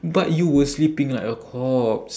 but you were sleeping like a corpse